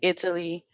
Italy